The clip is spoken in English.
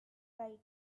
right